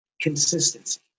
Consistency